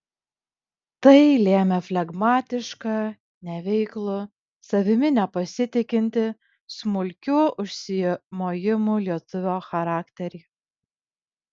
tai lėmė flegmatišką neveiklų savimi nepasitikintį smulkių užsimojimų lietuvio charakterį